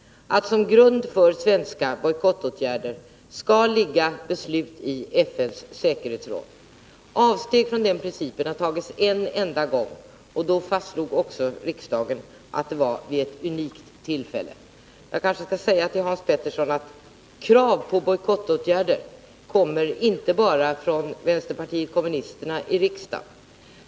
Som grund för svenska bojkottåtgärder skall ligga beslut i FN:s säkerhetsråd. Avsteg från den principen har gjorts en enda gång, och då fastslog också riksdagen att det var ett unikt tillfälle. Jag skall kanske säga till Hans Petersson att krav på bojkottåtgärder kommer inte bara från vänsterpartiet kommunisterna i riksdagen.